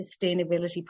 sustainability